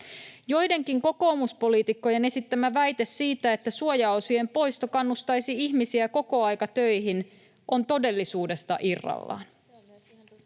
Joidenkin kokoomuspoliitikkojen esittämä väite siitä, että suojaosien poisto kannustaisi ihmisiä kokoaikatöihin, on todellisuudesta irrallaan.